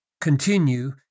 continue